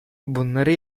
bunları